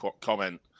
comment